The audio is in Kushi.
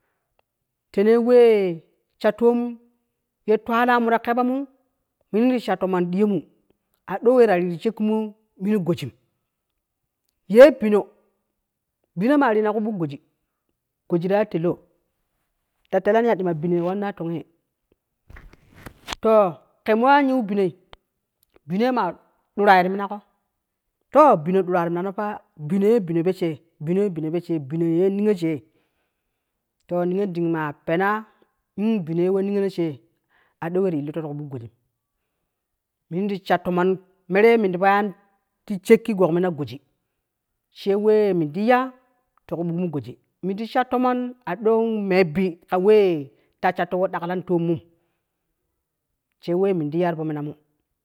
Tene wee sha toomo, twela mu ta keɓemu, meri ti sha'a toomon tei, a ɗon we ta re shak ki me min gojin, ye bino bino ma rena ku buk goji, goji ta ya telyo, ta tellani ye ɗuma bino ye wan nei to hen, to ke mo an yi ɓino bino ma dura ti mina ko, to ɓino ɗura ti mina no pa, bino bino fo shii, bino ye ni yo shii, to niyo deen ma pene bino ye bino shii, a ɗon. we ti clina ti ku buk goji, min ti sha'a toromon mere, me ti yani ti shakki guk mina goji shii we men ti ya ti ku buk mu goji, min ti sha toomon a ɗon men bi ka we ta shar to we daklanim to mun, shii we min ti ya ti fo manamu